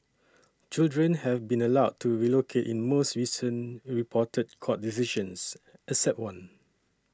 children have been allowed to relocate in most recent reported court decisions except one